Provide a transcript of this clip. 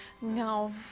No